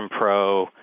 Pro